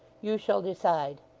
you shall decide